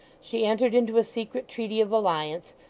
she entered into a secret treaty of alliance,